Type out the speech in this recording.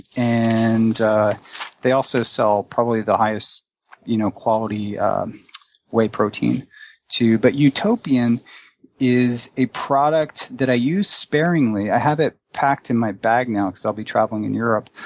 and they also sell probably the highest you know quality whey protein too. but utopian is a product that i use sparingly. i have it packed in my bag now because i'll be traveling in europe.